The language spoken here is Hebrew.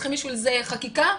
צריכים בשביל זה חקיקה?